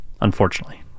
unfortunately